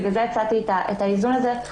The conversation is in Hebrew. בגלל זה הצעתי את האיזון הזה.